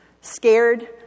scared